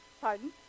Pardon